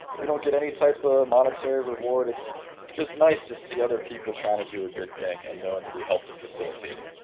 we don't get any type of ah monetary reward, it's just nice to see other people trying to do a good thing and knowing that we help to facilitate it.